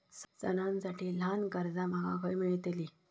सणांसाठी ल्हान कर्जा माका खय मेळतली?